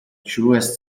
truest